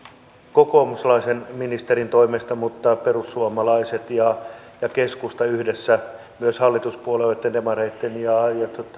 kokoomuslaisen ministerin toimesta mutta perussuomalaiset ja keskusta yhdessä myös hallituspuo lueitten demareitten ja